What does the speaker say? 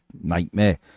nightmare